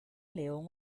león